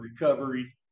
recovery